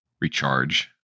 recharge